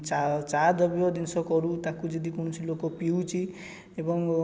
ଚାହା ଚାହା ଦ୍ରବ୍ୟ ଜିନିଷ କରୁ ତାକୁ ଯଦି କୌଣସି ଲୋକ ପିଉଛି ଏବଂ